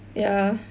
ya